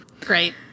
great